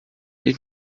ich